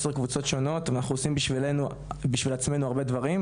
עשר קבוצות שונות ואנחנו עושים בשביל עצמנו הרבה דברים,